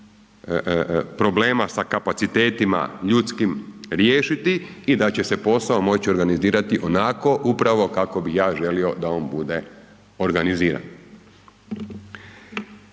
problema sa kapacitetima ljudskim riješiti i da će se posao moći organizirati onako upravo kako bi ja želio da on bude organiziran.